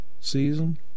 season